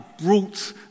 brought